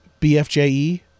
bfje